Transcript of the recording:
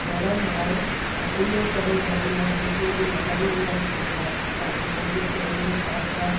गर्म आहे ऐं इन्हीअ करे भई मां जेके बि लॻाईंदी आहियां पोधा त उन्हनि जो पंहिंजे हिसाब सां